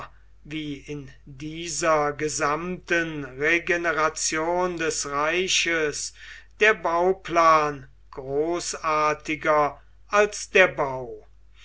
wie in dieser gesamten regeneration des reiches der bauplan großartiger als der bau